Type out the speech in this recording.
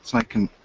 so i can